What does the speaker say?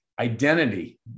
identity